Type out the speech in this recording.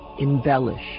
embellish